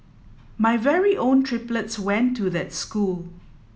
my very own triplets went to that school